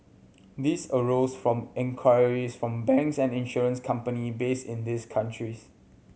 these arose from inquiries from banks and insurance company based in these countries